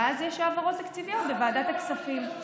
ואז יש העברות תקציביות בוועדות הכספים.